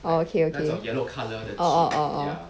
orh okay okay orh orh orh